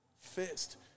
fist